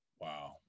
Wow